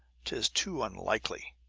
tis too unlikely.